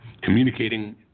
communicating